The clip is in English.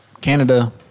Canada